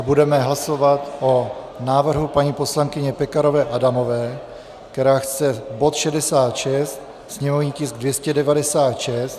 Budeme hlasovat o návrhu paní poslankyně Pekarové Adamové, která chce bod 66, sněmovní tisk 296...